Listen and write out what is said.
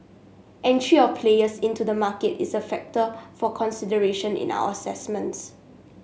entry of players into the market is a factor for consideration in our assessments